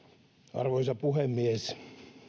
arvoisa puhemies